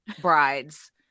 brides